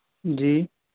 جی